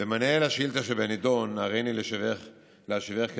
במענה על השאילתה שבנדון, הריני להשיבך כדלקמן: